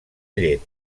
llet